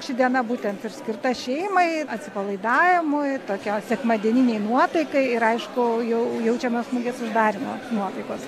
ši diena būtent ir skirta šeimai atsipalaidavimui tokio sekmadieninei nuotaikai ir aišku jau jaučiamas mugės uždarymo nuotaikos